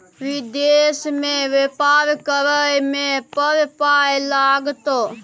विदेश मे बेपार करय मे बड़ पाय लागतौ